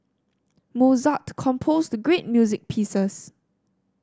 Mozart composed great music pieces